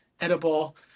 edible